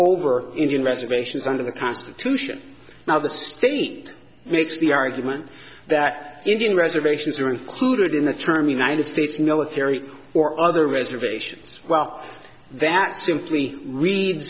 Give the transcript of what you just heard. over indian reservations under the constitution now the state makes the argument that indian reservations are included in the term united states military or other reservations well that simply read